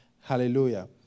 Hallelujah